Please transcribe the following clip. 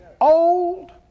old